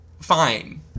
fine